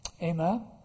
Amen